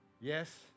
Yes